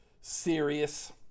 serious